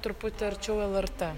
truputį arčiau lrt